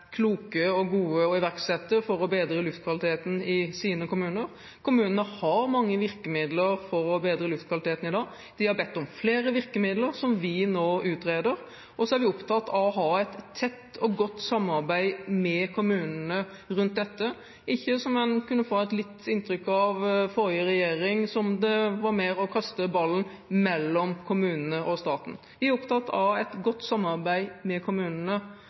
kloke og gode å iverksette for å bedre luftkvaliteten i sine kommuner. Kommunene har mange virkemidler for å bedre luftkvaliteten i dag. De har bedt om flere virkemidler, som vi nå utreder. Og så er vi opptatt av å ha et tett og godt samarbeid med kommunene rundt dette og ikke det som en kunne få et visst inntrykk av fra forrige regjering, som var mer å kaste ballen mellom kommunene og staten. Vi er opptatt av et godt samarbeid med kommunen innenfor dette. Det er kommunene